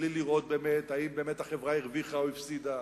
בלי לראות באמת אם החברה הרוויחה או הפסידה,